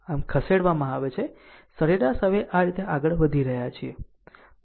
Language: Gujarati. આમ ખસેડવામાં આવે છે સરેરાશ હવે આ રીતે આગળ વધી રહ્યા છે